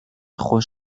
خوش